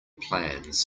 plans